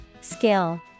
Skill